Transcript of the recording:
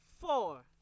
four